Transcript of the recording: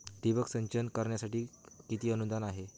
ठिबक सिंचन करण्यासाठी किती अनुदान आहे?